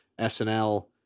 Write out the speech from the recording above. SNL